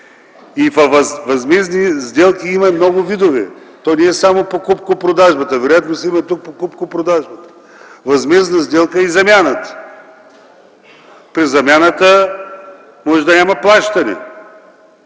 Във възмездни сделки има много видове. То не е само покупко-продажбата, но вероятно тук се има предвид покупко-продажбата. Възмездна сделка е и замяната. При замяната може да няма плащане.